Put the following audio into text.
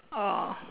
oh